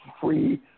free